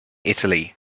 italy